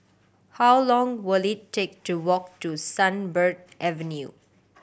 how long will it take to walk to Sunbird Avenue